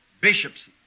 bishops